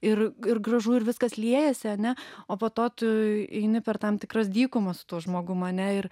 ir ir gražu ir viskas liejasi ane o po to tu eini per tam tikras dykumas su tuo žmogum ane ir